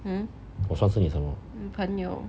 我算是你什么